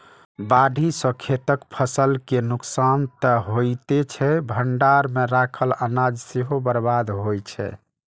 बाढ़ि सं खेतक फसल के नुकसान तं होइते छै, भंडार मे राखल अनाज सेहो बर्बाद होइ छै